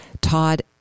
Todd